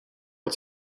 its